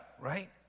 Right